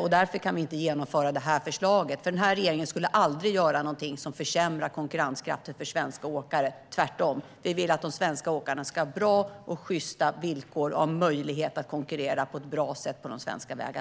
och därför kan vi inte genomföra förslaget. Den här regeringen skulle aldrig göra något som försämrar konkurrenskraften för svenska åkare - tvärtom. Vi vill att de svenska åkarna ska ha bra och sjysta villkor och möjlighet att konkurrera på ett bra sätt på de svenska vägarna.